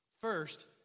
First